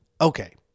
Okay